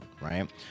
right